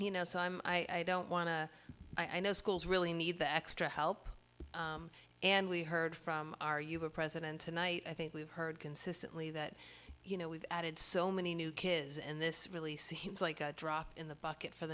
you know so i'm i don't want to i know schools really need the extra help and we heard from our you were president tonight i think we've heard consistently that you know we've added so many new kids and this really seems like a drop in the bucket for